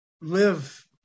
live